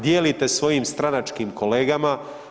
Dijelite svojim stranačkim kolegama.